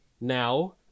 now